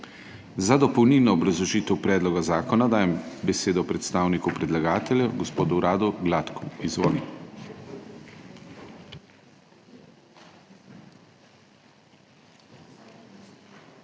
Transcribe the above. Za dopolnilno obrazložitev predloga zakona dajem besedo predstavniku predlagatelja, gospodu Radu Gladku. Izvoli. **RADO